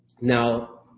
Now